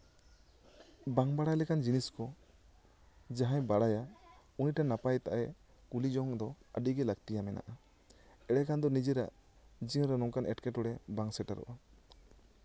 ᱵᱟᱝ ᱵᱟᱲᱟᱭ ᱞᱮᱠᱟᱱ ᱡᱤᱱᱤᱥ ᱠᱚ ᱡᱟᱦᱟᱸᱭ ᱵᱟᱲᱟᱭᱟ ᱩᱱᱤ ᱴᱷᱮᱱ ᱱᱟᱯᱟᱭ ᱛᱟᱭ ᱠᱩᱞᱤ ᱡᱚᱝ ᱫᱚ ᱟᱹᱰᱤᱜᱮ ᱞᱟᱹᱠᱛᱤ ᱜᱮ ᱢᱮᱱᱟᱜᱼᱟ ᱮᱲᱮᱠᱷᱟᱱ ᱫᱚ ᱱᱤᱡᱮᱨᱟᱜ ᱡᱤᱭᱚᱱᱨᱮ ᱱᱚᱝᱠᱟᱱ ᱮᱸᱴᱠᱮᱴᱚᱲᱮ ᱵᱟᱝ ᱥᱮᱴᱮᱨᱚᱜᱼᱟ